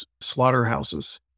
slaughterhouses